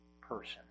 person